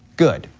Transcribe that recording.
good,